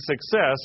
success